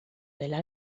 dela